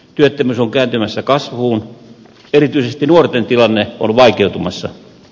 työttömyys on kääntymässä kasvuun erityisesti nuorten tilanne on vaikeutumassa